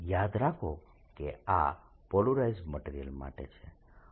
યાદ રાખો કે આ પોલરાઇઝડ મટીરીયલ માટે છે